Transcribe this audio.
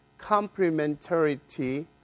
complementarity